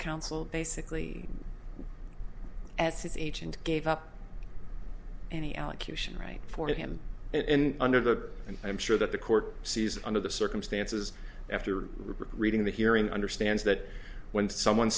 counsel basically as his agent gave up any allocution right for him in under the and i'm sure that the court sees under the circumstances after reading the hearing understands that when someone